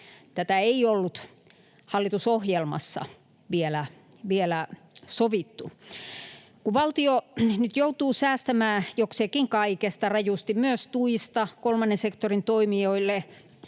Tätä ei ollut hallitusohjelmassa vielä sovittu. Kun valtio nyt joutuu säästämään jokseenkin kaikesta rajusti, myös tuista kolmannen sektorin toimijoille,